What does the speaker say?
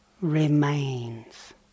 remains